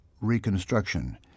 reconstruction